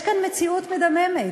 יש כאן מציאות מדממת.